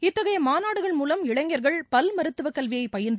இத்தகைய மாநாடுகள் மூலம் இளைஞர்கள் பல் மருத்துவக் கல்வியை பயின்று